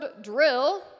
drill